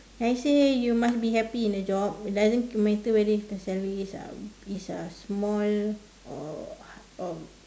I say you must be happy in a job it doesn't matter whether if the salary is a uh is uh small or um